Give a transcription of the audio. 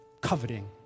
coveting